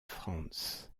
franz